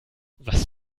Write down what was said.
was